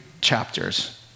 chapters